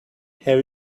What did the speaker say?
have